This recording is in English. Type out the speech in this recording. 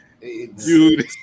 Dude